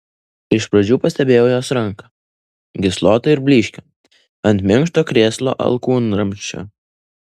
iš pradžių pastebėjau jos ranką gyslotą ir blyškią ant minkšto krėslo alkūnramsčio